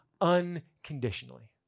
unconditionally